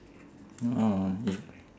no if